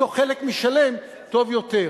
מתוך חלק משלם טוב יותר.